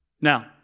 Now